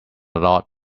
lot